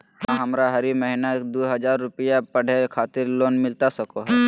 का हमरा हरी महीना दू हज़ार रुपया पढ़े खातिर लोन मिलता सको है?